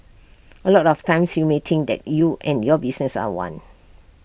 A lot of times you may think that you and your business are one